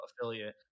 affiliate